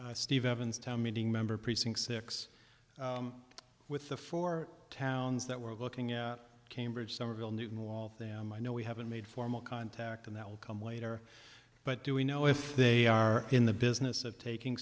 thanks steve evans town meeting member precinct six with the four towns that we're looking at cambridge summerville new wall them i know we haven't made formal contact and that will come later but do we know if they are in the business of taking